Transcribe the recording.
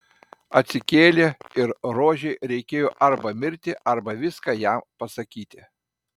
atsikėlė ir rožei reikėjo arba mirti arba viską jam pasakyti